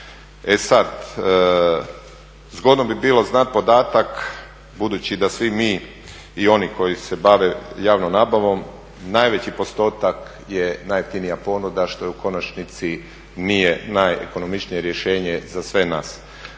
E sad, zgodno bi bilo znat podatak budući da svi mi i oni koji se bave javnom nabavom najveći postotak je najjeftinija ponuda što u konačnici nije najekonomičnije rješenje za sve nas.